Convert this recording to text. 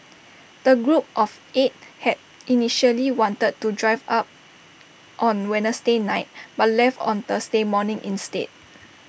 the group of eight had initially wanted to drive up on Wednesday night but left on Thursday morning instead